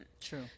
true